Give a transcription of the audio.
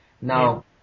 Now